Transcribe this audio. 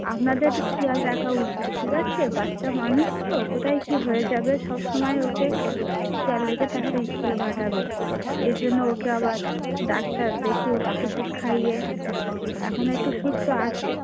আপনাদের একটু খেয়াল রাখা উচিত ঠিক আছে বাচ্চা মানুষ তো কোথায় কী হয়ে যাবে সবসময় ওকে খেয়াল রেখে তারপরে স্কুলে পাঠাবে এর জন্য ওকে আবার ডাক্তার দেখিয়ে ওষুধ টষুধ খাইয়ে এখন একটু সুস্থ আছে